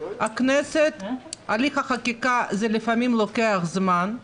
בכנסת הליך החקיקה לפעמים לוקח זמן.